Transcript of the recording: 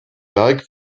werk